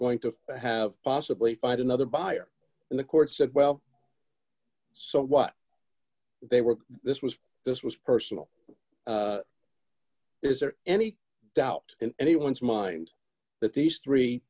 going to have possibly find another buyer in the court said well so what they were this was this was personal is there any doubt in anyone's mind that these three